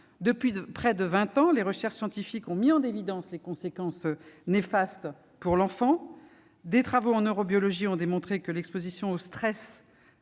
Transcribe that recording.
Depuis près de vingt ans, les recherches scientifiques ont mis en évidence les conséquences néfastes de ces violences pour l'enfant. Des travaux en neurobiologie ont démontré que l'exposition au stress